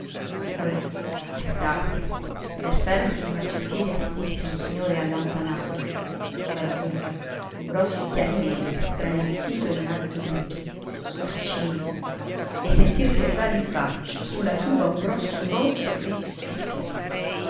ora destarsi veder fermo sul marciapiedi a sinistra un signore allampanato barbuto con grossi occhiali neri stremenzito in un abito grigio sorcigno e sentirsi arrivare in faccia su la tuba un grosso involto fu tutt'uno